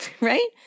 Right